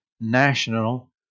national